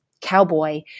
cowboy